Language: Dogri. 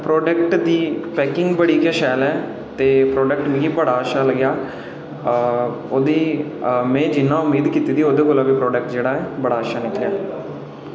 प्रोडक्ट दी पैकिंग बड़ी गै शैल ऐ ते प्रोडक्ट मिगी बड़ा अच्छा लग्गेआ ओह्दी में जि'यां उम्मीद कीती ओह्दे कोला बी प्रोडक्ट जेह्ड़ा ऐ बड़ा अच्छा निकलेआ ऐ